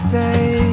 day